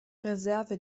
reserve